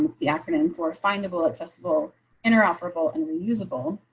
the acronym for final accessible interoperable and usable.